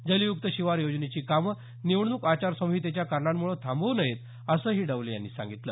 जलयुक्त शिवार योजनेची कामं निवडणूक आचारसंहितेच्या कारणांमुळे थांबवू नयेत असंही डवले यांनी सांगितलं